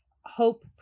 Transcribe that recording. hope